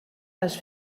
les